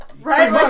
right